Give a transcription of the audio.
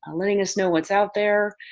ah letting us know what's out there,